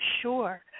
sure